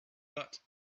but